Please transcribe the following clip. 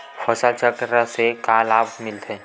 फसल चक्र से का लाभ मिलथे?